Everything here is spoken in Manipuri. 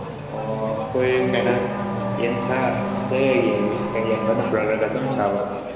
ꯑꯣ ꯑꯩꯈꯣꯏ ꯁꯦꯅꯤꯌꯔ ꯌꯦꯟ ꯈꯔ ꯕ꯭ꯔꯗꯔꯅ ꯑꯗꯨꯝ ꯆꯥꯕ